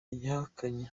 yahakanye